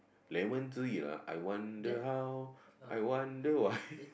lemon tree lah I wonder how I wonder why